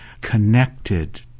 connected